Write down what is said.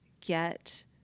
get